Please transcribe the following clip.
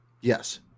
Yes